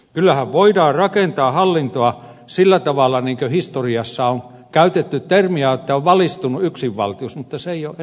kyllähän voidaan rakentaa hallintoa sillä tavalla niin kuin historiassa on käytetty termiä että on valistunut yksinvaltius mutta se ei ole enää oikein mahdollista